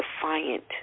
defiant